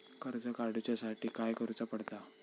कर्ज काडूच्या साठी काय करुचा पडता?